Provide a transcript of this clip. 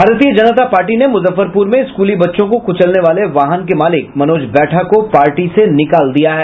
भारतीय जनता पर्टी ने मुजफ्फरपुर में स्कूली बच्चों को कुचलने वाले वाहन के मालिक मनोज बैठा को पार्टी से निकाल दिया है